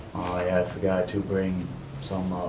forgot to bring some